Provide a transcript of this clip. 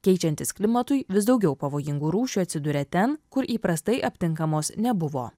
keičiantis klimatui vis daugiau pavojingų rūšių atsiduria ten kur įprastai aptinkamos nebuvo